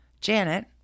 Janet